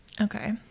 Okay